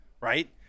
right